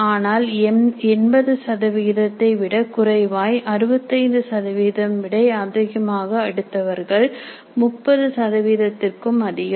ஆனால் 80 சதவிகிதத்தை விட குறைவாய் 65 விட அதிகமாக எடுத்தவர்கள் 30 சதவீதத்திற்கும் அதிகம்